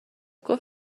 گفت